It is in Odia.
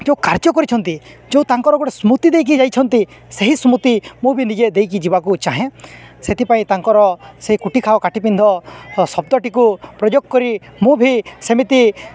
ଯେଉଁ କାର୍ଯ୍ୟ କରିଛନ୍ତି ଯୋଉ ତାଙ୍କର ଗୋଟେ ସ୍ମୃତି ଦେଇକି ଯାଇଛନ୍ତି ସେହି ସ୍ମୃତି ମୁଁ ବି ନିଜେ ଦେଇକି ଯିବାକୁ ଚାହେଁ ସେଥିପାଇଁ ତାଙ୍କର ସେଇ କୁଟି ଖାଅ କାଟି ପିନ୍ଧ ଶବ୍ଦଟିକୁ ପ୍ରୟୋଗ କରି ମୁଁ ବି ସେମିତି